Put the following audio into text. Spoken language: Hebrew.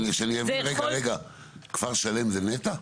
שאני אבין רגע, כפר שלם זה נת"ע?